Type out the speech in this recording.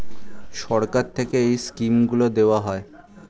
সরকার থেকে এই স্কিমগুলো দেওয়া হয়